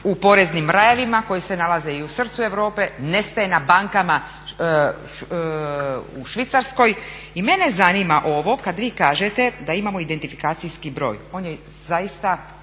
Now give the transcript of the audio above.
u poreznim rajevima koji se nalaze i u srcu Europe, nestaje na bankama u Švicarskoj. I mene zanima ovo kad vi kažete da imamo identifikacijski broj. On je zaista